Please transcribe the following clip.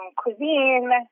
cuisine